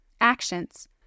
Actions